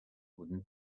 wooden